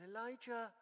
Elijah